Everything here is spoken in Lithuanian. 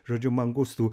žodžiu mangustų